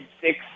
six